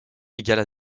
égale